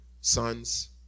sons